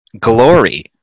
Glory